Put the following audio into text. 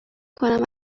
کنم